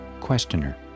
Questioner